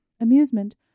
Amusement